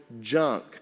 junk